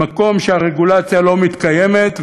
במקום שהרגולציה לא מתקיימת,